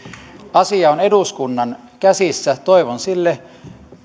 asia on eduskunnan käsissä toivon sille